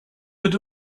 but